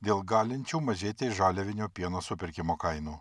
dėl galinčių mažėti žaliavinio pieno supirkimo kainų